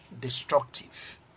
destructive